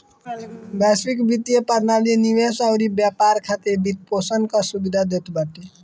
वैश्विक वित्तीय प्रणाली निवेश अउरी व्यापार खातिर वित्तपोषण कअ सुविधा देत बाटे